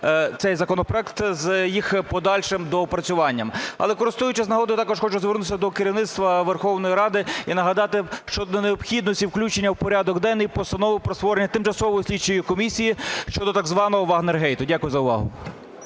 цей законопроект з їх подальшим доопрацюванням. Але, користуючись нагодою, я також хочу звернутися до керівництва Верховної Ради і нагадати щодо необхідності включення в порядок денний постанови про створення тимчасової слідчої комісії щодо так званого "вагнергейту". Дякую за увагу.